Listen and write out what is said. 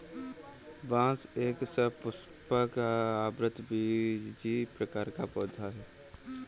बांस एक सपुष्पक, आवृतबीजी प्रकार का पौधा है